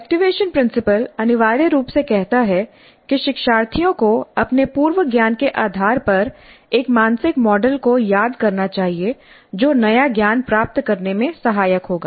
activation principle अनिवार्य रूप से कहता है कि शिक्षार्थियों को अपने पूर्व ज्ञान के आधार पर एक मानसिक मॉडल को याद करना चाहिए जो नया ज्ञान प्राप्त करने में सहायक होगा